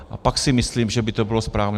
A pak si myslím, že by to bylo správné.